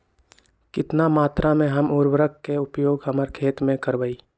कितना मात्रा में हम उर्वरक के उपयोग हमर खेत में करबई?